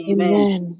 Amen